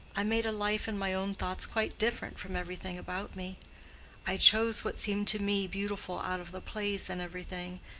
i made a life in my own thoughts quite different from everything about me i chose what seemed to me beautiful out of the plays and everything,